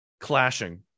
clashing